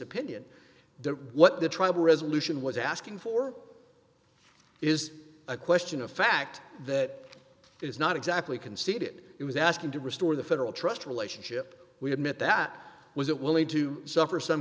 opinion that what the tribal resolution was asking for is a question of fact that is not exactly conceded it was asking to restore the federal trust relationship we had mitt that was it willing to suffer some